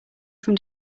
from